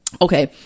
Okay